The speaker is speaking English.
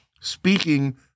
speaking